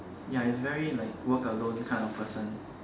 ya he is very like work alone kind of person